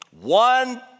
one